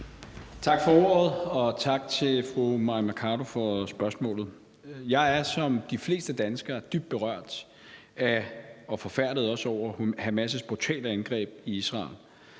Tak for ordet, og tak til fru Mai Mercado for spørgsmålet. Jeg er som de fleste danskere dybt berørt af og forfærdet over Hamas' brutale angreb i Israel.